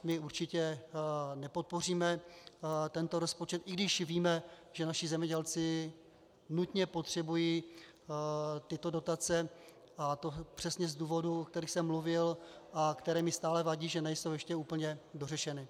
My určitě nepodpoříme tento rozpočet, i když víme, že naši zemědělci nutně potřebují tyto dotace, a to přesně z důvodů, o kterých jsem mluvil a které mi stále vadí, že nejsou ještě úplně dořešeny.